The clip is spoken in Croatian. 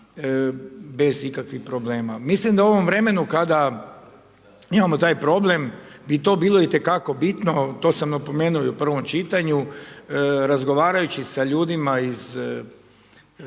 bez ikakvih problema. Mislim da u ovom vremenu kada imamo taj problem, bi to bilo itekako bitno, to sam napomenuo i u prvom čitanju, razgovarajući sa ljudima iz,